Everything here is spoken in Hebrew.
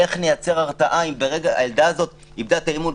איך נייצר הרתעה אם הילדה הזאת איבדה את האמון,